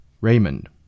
Raymond